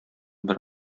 бер